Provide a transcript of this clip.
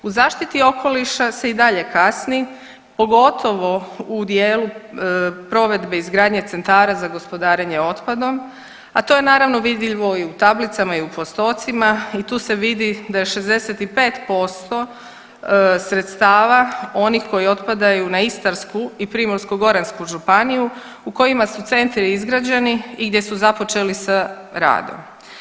U zaštiti okoliša se i dalje kasni, pogotovo u dijelu provedbe izgradnje centara za gospodarenje otpadom, a to je naravno vidljivo i u tablicama i u postocima i tu se vidi da je 65% sredstava onih koji otpadaju na Istarsku i Primorsko-goransku županiju u kojima su centri izgrađeni i gdje su započeli sa radom.